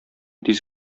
тиз